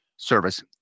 service